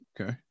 Okay